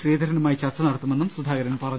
ശ്രീധരനുമായി ചർച്ച നടത്തു മെന്നും സുധാകരൻ പറഞ്ഞു